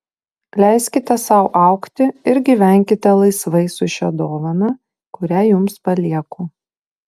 leiskite sau augti ir gyvenkite laisvai su šia dovana kurią jums palieku